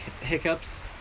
hiccups